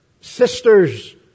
sisters